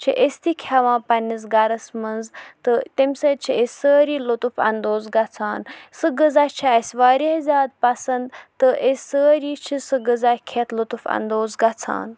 چھِ أسۍ تہِ کھٮ۪وان پنٛنِس گَرَس منٛز تہٕ تیٚمہِ سۭتۍ چھِ أسۍ سٲری لُطُف اندوز گژھان سُہ غذا چھِ اَسہِ واریاہ زیادٕ پَسنٛد تہٕ أسۍ سٲری چھِ سُہ غذا کھٮ۪تھ لُطُف اندوز گژھان